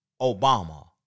Obama